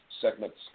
segments